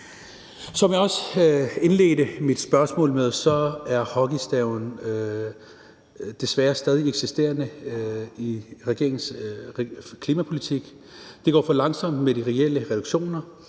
Som jeg også indledte mit spørgsmål med, er hockeystaven desværre stadig eksisterende i regeringens klimapolitik. Det går for langsomt med de reelle reduktioner.